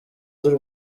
z’u